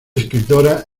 escritora